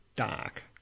dark